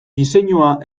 diseinua